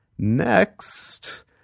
Next